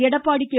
Edappadi K